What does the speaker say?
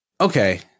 Okay